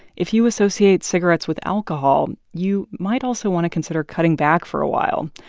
if you associate cigarettes with alcohol, you might also want to consider cutting back for a while.